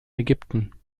ägypten